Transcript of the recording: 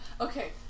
Okay